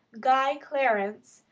guy clarence,